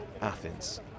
Athens